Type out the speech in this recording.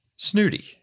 snooty